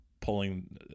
pulling